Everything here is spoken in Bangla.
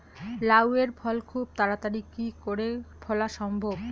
লাউ এর ফল খুব তাড়াতাড়ি কি করে ফলা সম্ভব?